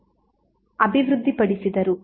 Leon Thevenin ಅಭಿವೃದ್ಧಿಪಡಿಸಿದರು